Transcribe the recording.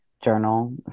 journal